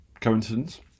coincidence